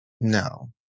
no